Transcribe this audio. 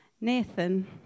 Nathan